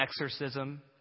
exorcism